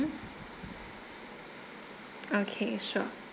okay sure